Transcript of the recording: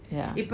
yeah